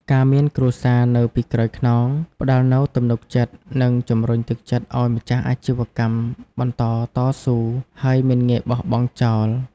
ការមានគ្រួសារនៅពីក្រោយខ្នង ផ្តល់នូវទំនុកចិត្ត និងជំរុញទឹកចិត្តឲ្យម្ចាស់អាជីវកម្មបន្តតស៊ូ ហើយមិនងាយបោះបង់ចោល។